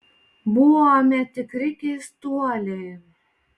buome tikri keistuoliai